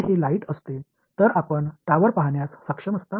எனவே வெளிச்சமாக இருந்தாலும் நீங்கள் கோபுரத்தைப் பார்க்க முடியுமா